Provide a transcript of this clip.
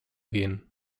gehen